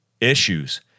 issues